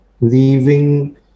leaving